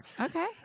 Okay